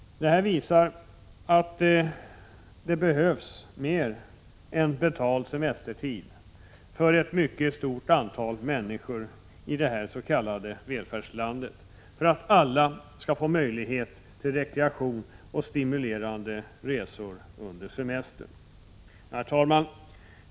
Detta visar att det behövs mer än betald semestertid för ett mycket stort antal männiksor i detta s.k. välfärdsland för att alla skall få möjlighet till rekreaktion och stimulerande resor under semestern. Herr talman!